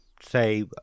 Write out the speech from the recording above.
say